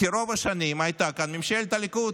כי ברוב השנים הייתה כאן ממשלת הליכוד,